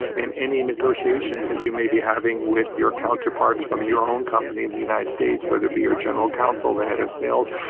and any negotiations that you may be having with your counterparts from your own company in the united states, whether it be your general council, the head of sales.